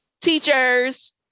teachers